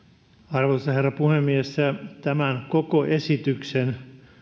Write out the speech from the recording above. arvoisa herra puhemies tämän koko esityksen